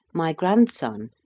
my grandson,